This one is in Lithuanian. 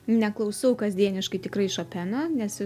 neklausau kasdieniškai tikrai šopeno nes